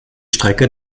strecke